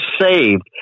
saved